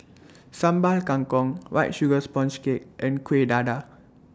Sambal Kangkong White Sugar Sponge Cake and Kuih Dadar